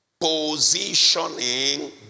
Positioning